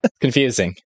Confusing